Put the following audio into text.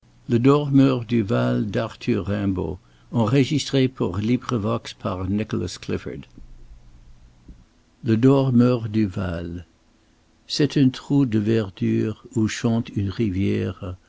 du le dormeur du val c'est un trou de verdure où chante une rivière